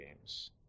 games